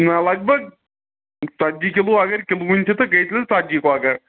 نہٕ لگ بھگ ژَتجی کِلوٗ اگر کِلوٕنۍ تہِ تہٕ بیٚیہِ دِیہوٗن ژَتجی کۄکر